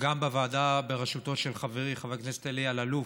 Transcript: גם בוועדה בראשותו של חברי חבר הכנסת אלי אלאלוף,